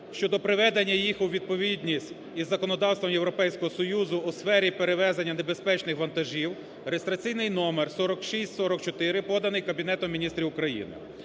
щодо проведення їх у відповідність із законодавством Європейського Союзу у сфері перевезень небезпечних вантажів (реєстраційний номер 4644), поданий Кабінетом Міністрів України.